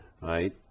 right